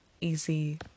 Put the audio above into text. easy